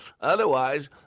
Otherwise